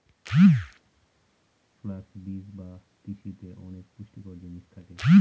flux বীজ বা তিসিতে অনেক পুষ্টিকর জিনিস থাকে